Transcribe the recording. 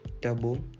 double